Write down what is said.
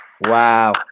wow